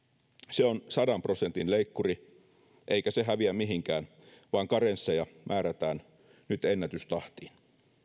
se on sadan prosentin leikkuri eikä se häviä mihinkään vaan karensseja määrätään nyt ennätystahtiin